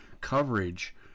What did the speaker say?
coverage